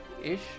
Ish